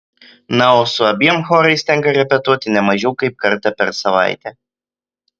na o su abiem chorais tenka repetuoti ne mažiau kaip kartą per savaitę